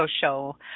show